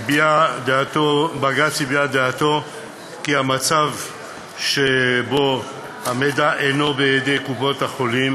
כך הביע את דעתו כי המצב שבו המידע אינו בידי קופות-החולים